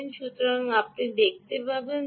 সুতরাং আপনি দেখতে পারেন যে এখানে